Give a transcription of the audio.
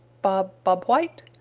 bob bob white!